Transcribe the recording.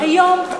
היום,